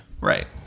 Right